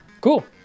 Cool